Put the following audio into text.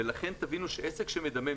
אני רוצה שתבינו מה המשמעות של עסק מדמם.